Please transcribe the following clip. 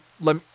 let